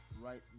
right